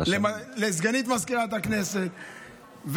לסגנית מזכיר הכנסת,